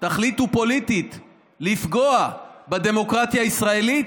תחליטו פוליטית לפגוע בדמוקרטיה הישראלית,